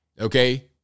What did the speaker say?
Okay